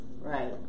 Right